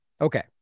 Okay